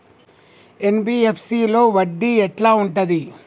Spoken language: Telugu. ఎన్.బి.ఎఫ్.సి లో వడ్డీ ఎట్లా ఉంటది?